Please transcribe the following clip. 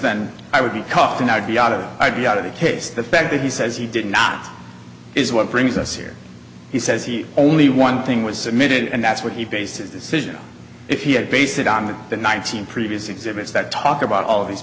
then i wouldn't cough and i'd be out of i'd be out of the case the fact that he says he did not is what brings us here he says he only one thing was submitted and that's what he bases decision if he had base it on the nineteen previous exhibits that talk about all of these